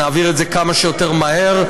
נעביר את זה כמה שיותר מהר,